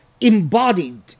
embodied